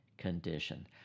condition